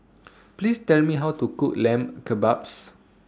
Please Tell Me How to Cook Lamb Kebabs